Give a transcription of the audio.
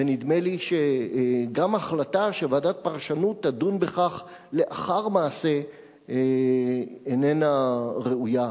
ונדמה לי שגם ההחלטה שוועדת פרשנות תדון בכך לאחר מעשה איננה ראויה.